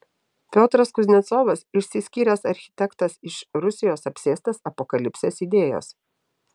piotras kuznecovas išsiskyręs architektas iš rusijos apsėstas apokalipsės idėjos